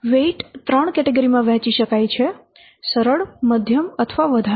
weight ત્રણ category માં વહેંચી શકાય છે સરળ મધ્યમ અથવા વધારે